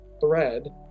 thread